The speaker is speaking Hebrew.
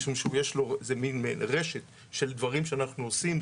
משום שזו מין רשת של דברים שאנחנו עושים.